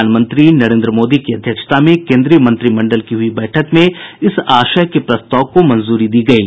प्रधानमंत्री नरेन्द्र मोदी की अध्यक्षता में केन्द्रीय मंत्रिमंडल की हुई बैठक में इस आशय के प्रस्ताव को मंजूरी दी गयी